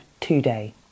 today